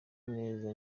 neza